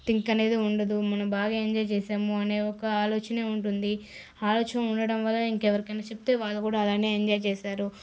think అనేది ఉండదు మనం బాగా ఎంజాయ్ చేసాము అనే ఒక ఆలోచనే ఉంటుంది ఆలోచన ఉండడం వల్ల ఇంకెవరికైనా చెపితే వాళ్లు కూడా అలానే ఎంజాయ్ చేసారు